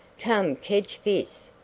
come kedge fis.